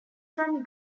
from